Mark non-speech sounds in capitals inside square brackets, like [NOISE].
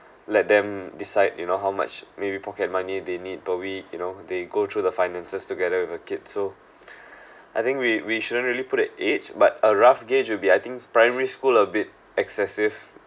let them decide you know how much maybe pocket money they need probably you know they go through the finances together with a kid so [BREATH] I think we we shouldn't really put an age but a rough gauge will be I think primary school a bit excessive